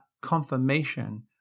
confirmation